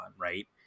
right